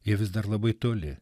ji vis dar labai toli